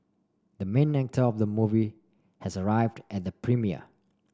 the main actor of the movie has arrived at the premiere